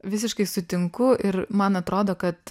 visiškai sutinku ir man atrodo kad